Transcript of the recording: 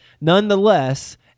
nonetheless